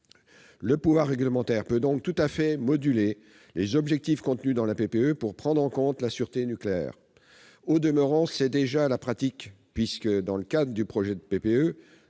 Le pouvoir réglementaire peut donc tout à fait moduler les objectifs inscrits dans la PPE pour prendre en compte la sûreté nucléaire. Au demeurant, c'est déjà ce qui se passe en pratique, puisque, dans le cadre du projet de PPE,